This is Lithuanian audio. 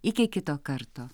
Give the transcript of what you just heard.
iki kito karto